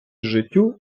життю